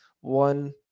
one